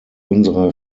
unsere